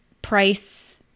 price